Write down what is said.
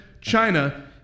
China